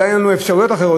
אולי אין לנו אפשרויות אחרות,